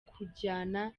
kujyana